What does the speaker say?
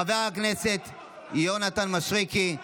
חבר הכנסת יונתן מישרקי,